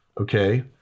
Okay